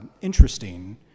interesting